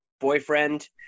boyfriend